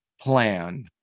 plan